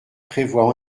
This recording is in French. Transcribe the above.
prévoient